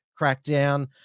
crackdown